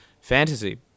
fantasy